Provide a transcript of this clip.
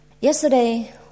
Yesterday